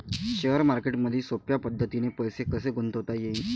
Share मार्केटमधी सोप्या पद्धतीने पैसे कसे गुंतवता येईन?